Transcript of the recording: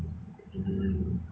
正常讲 oh my god